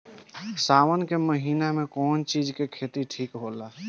सावन के महिना मे कौन चिज के खेती ठिक होला?